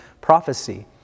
prophecy